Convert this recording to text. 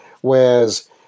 Whereas